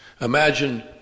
Imagine